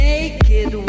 Naked